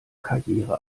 karriere